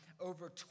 over